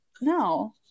no